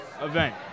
event